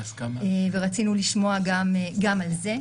רצינו לשמוע גם על זה.